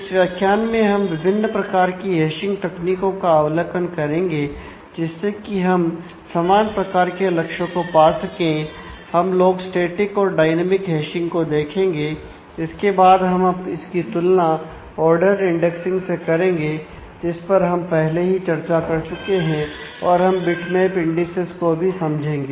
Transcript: इस व्याख्यान में हम विभिन्न प्रकार की हैशिंग तकनीकों का अवलोकन करेंगे जिससे कि हम समान प्रकार के लक्ष्यों को पा सकें हम लोग स्टैटिक को भी समझेंगे